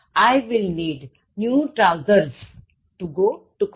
I will need new trousers to go to college